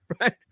right